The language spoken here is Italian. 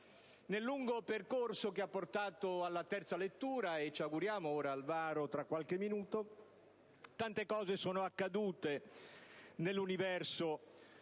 nel lungo percorso che ci ha portato alla terza lettura e - come ci auguriamo - al varo tra qualche minuto, tante cose sono accadute nell'universo